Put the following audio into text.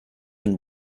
and